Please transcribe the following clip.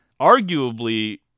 arguably